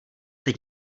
teď